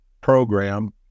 program